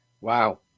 Wow